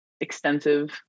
extensive